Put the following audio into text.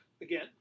again